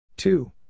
Two